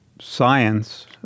science